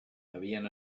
havien